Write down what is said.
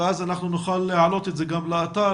ואז נוכל להעלות את זה גם לאתר,